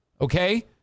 Okay